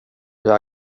jag